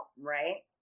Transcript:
Right